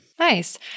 Nice